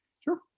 Sure